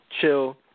chill